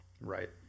Right